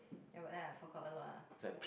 ya but then I forgot a lot ah